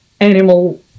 animal